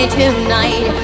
tonight